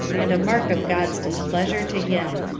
and a mark of god's displeasure to him.